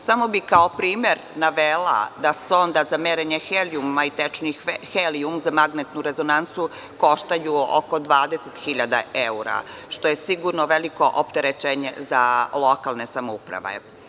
Samo bih kao primer navela da sonda za merenje helijuma za magnetnu rezonancu košta oko 20.000 evra, što je sigurno veliko opterećenje za lokalne samouprave.